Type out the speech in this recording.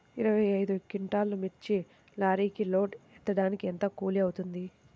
ఇరవై ఐదు క్వింటాల్లు మిర్చి లారీకి లోడ్ ఎత్తడానికి ఎంత కూలి అవుతుంది?